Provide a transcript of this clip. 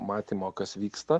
matymo kas vyksta